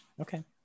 Okay